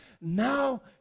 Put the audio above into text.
now